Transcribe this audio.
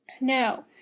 Now